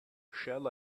shall